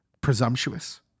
presumptuous